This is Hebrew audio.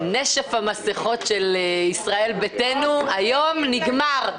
נשף המסכות של ישראל ביתנו נגמר היום.